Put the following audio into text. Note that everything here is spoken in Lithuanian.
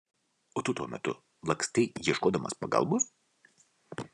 o tu tuo metu lakstei ieškodamas pagalbos